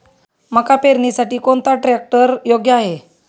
मका पेरणीसाठी कोणता ट्रॅक्टर योग्य आहे?